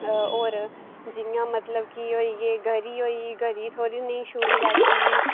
होर जियां मतलव कि होईये गरी होई गरी थोह्ड़ी नेही शूरी लैती